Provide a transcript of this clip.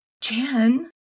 Jen